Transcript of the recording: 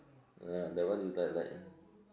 ya that one is like like uh